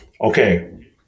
okay